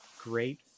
great